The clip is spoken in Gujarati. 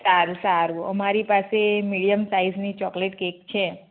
સારું સારું અમારી પાસે મીડિયમ સાઇઝની ચોકલેટ કેક છે